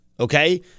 Okay